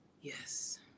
Yes